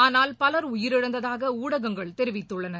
ஆனால் பலர் உயிரிழந்ததாகஊடகங்கள் தெரிவித்துள்ளன